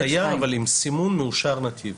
הוא נכנס תייר, אבל עם סימן מאושר נתיב.